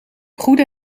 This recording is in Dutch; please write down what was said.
goede